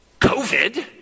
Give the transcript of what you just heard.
COVID